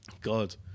God